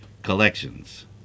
Collections